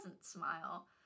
smile